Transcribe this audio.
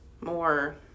more